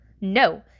No